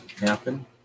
happen